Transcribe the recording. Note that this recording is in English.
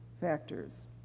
factors